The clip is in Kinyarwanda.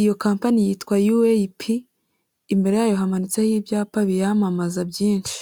iyo kampani yitwa UAP, imbere yayo hamanitseho ibyapa biyamamaza byinshi.